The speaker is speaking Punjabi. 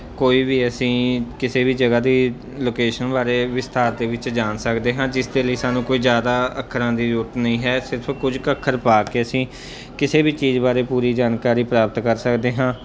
ਕੋਈ ਵੀ ਅਸੀਂ ਕਿਸੇ ਵੀ ਜਗ੍ਹਾ ਦੀ ਲੋਕੇਸ਼ਨ ਬਾਰੇ ਵਿਸਥਾਰ ਦੇ ਵਿੱਚ ਜਾਣ ਸਕਦੇ ਹਾਂ ਜਿਸ ਦੇ ਲਈ ਸਾਨੂੰ ਕੋਈ ਜ਼ਿਆਦਾ ਅੱਖਰਾਂ ਦੀ ਜ਼ਰੂਰਤ ਨਹੀਂ ਹੈ ਸਿਰਫ ਕੁਝ ਕ ਅੱਖਰ ਪਾ ਕੇ ਅਸੀਂ ਕਿਸੇ ਵੀ ਚੀਜ਼ ਬਾਰੇ ਪੂਰੀ ਜਾਣਕਾਰੀ ਪ੍ਰਾਪਤ ਕਰ ਸਕਦੇ ਹਾਂ